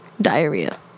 Diarrhea